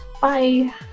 Bye